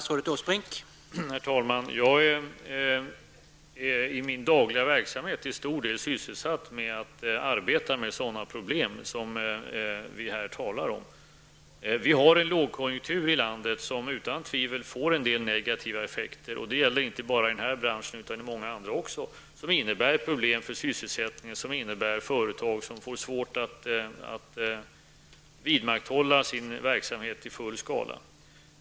Herr talman! Jag är i min dagliga verksamhet till stor del sysselsatt med att arbeta med sådana problem som vi här talar om. Vi har en lågkonjunktur i landet, något som utan tvivel får en del negativa effekter. Det gäller inte bara i den här branschen, utan också i många andra. Det innebär problem för sysselsättningen, vilket i sin tur betyder att företag får svårt att vidmakthålla sin verksamhet i full skala.